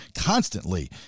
constantly